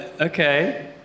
Okay